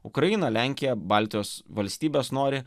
ukraina lenkija baltijos valstybės nori